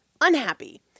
unhappy